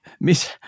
Miss